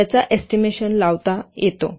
याचा एस्टिमेशन लावता येतो